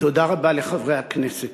תודה רבה לחברי הכנסת.